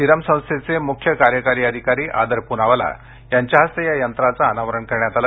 Serum संस्थेचे म्ख्य कार्यकारी अधिकारी आदर प्नावाला यांच्या हस्ते या यंत्राचं अनावरण करण्यात आलं